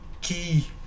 key